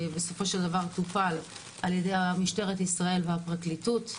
בסופו של דבר טופל על ידי משטרת ישראל והפרקליטות,